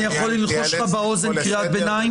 אני יכול ללחוש לך באוזן קריאת ביניים?